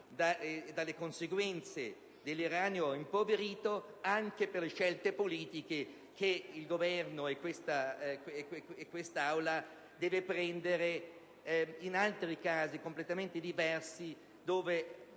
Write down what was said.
dalle conseguenze dell'uranio impoverito anche per le scelte politiche che il Governo e questa Aula deve prendere in altri casi completamente diversi